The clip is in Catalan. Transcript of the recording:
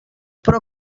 però